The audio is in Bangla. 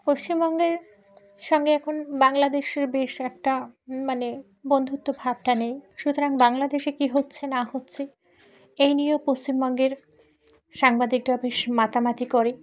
পশ্চিমবঙ্গের সঙ্গে এখন বাংলাদেশের বেশ একটা মানে বন্ধুত্ব ভাবটা নেই সুতরাং বাংলাদেশে কী হচ্ছে না হচ্ছে এই নিয়েও পশ্চিমবঙ্গের সাংবাদিকরা বেশ মাতামাতি করে